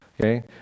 Okay